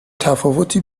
تفاوتی